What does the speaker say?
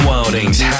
Wilding's